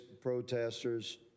protesters